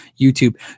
YouTube